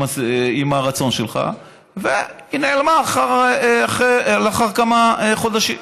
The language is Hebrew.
הרצון שלך והיא נעלמה לאחר כמה חודשים.